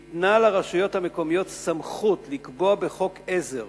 ניתנה לרשויות המקומיות סמכות לקבוע בחוק עזר